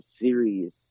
serious